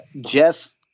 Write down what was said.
Jeff